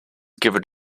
given